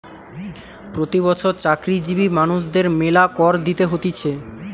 প্রতি বছর চাকরিজীবী মানুষদের মেলা কর দিতে হতিছে